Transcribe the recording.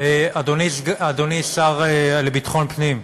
אדוני השר לביטחון פנים,